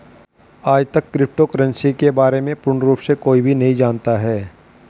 आजतक crypto currency के बारे में पूर्ण रूप से कोई भी नहीं जानता है